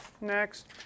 Next